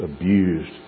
abused